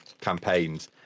campaigns